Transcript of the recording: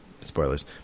spoilers